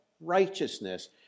righteousness